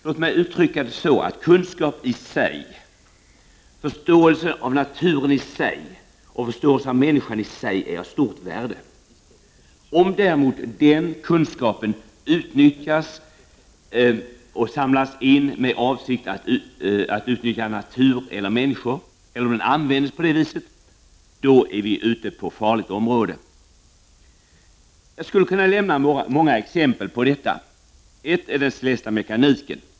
Låt mig uttrycka det så att kunskap i sig, förståelsen av naturen i sig och förståelsen av människan i sig är av stort värde. Om däremot den kunskapen samlats in med avsikt att utnyttja natur eller människor eller om den används på det viset, då är vi ute på farligt område. Jag skulle kunna ge några exempel på detta. Ett är den celesta mekaniken.